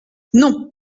non